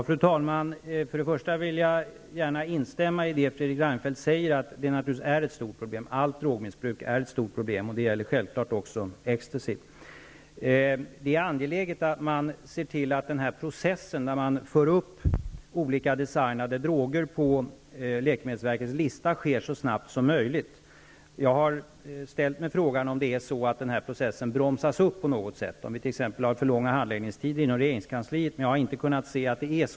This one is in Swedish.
Fru talman! För det första vill jag gärna instämma i att detta, som Fredrik Reinfeldt säger, naturligtvis är ett stort problem. Allt drogmissbruk är ett stort problem, och det gäller självfallet också ecstacy. Det är angeläget att man ser till att processen, när man för upp olika designade droger på läkemedelsverkets lista, sker så snabbt som möjligt. Jag har ställt mig frågan om det är så att den processen bromsas upp på något sätt, om vi t.ex. har för långa handläggningstider inom regeringskansliet, men jag har inte kunnat se att det är så.